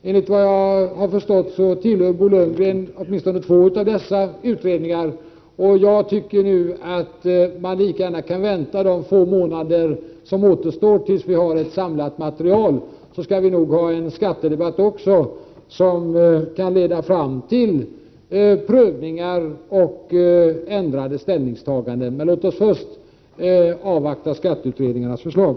Enligt vad jag har förstått tillhör Bo Lundgren åtminstone två av dessa utredningar. Jag tycker att vi nu lika gärna kan vänta de få månader som återstår tills vi har ett samlat material. Sedan skall vi nog ha en skattedebatt också, som kan leda fram till prövningar och ändrade ställningstaganden. Men låt oss först avvakta skatteutredningarnas förslag.